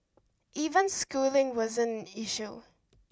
even schooling wasn't an issue